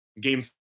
game